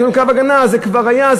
יש לנו קו הגנה: זה כבר היה אז,